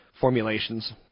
formulations